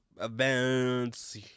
events